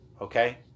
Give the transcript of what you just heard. Okay